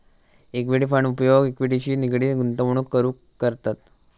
equity fund उपयोग इक्विटीशी निगडीत गुंतवणूक करूक करतत